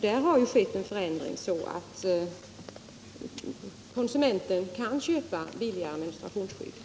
Där har det skett en förändring, så att konsumenten kan köpa billigare menstruationsskydd.